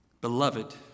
beloved